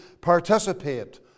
participate